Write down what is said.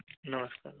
नमस्कार